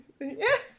Yes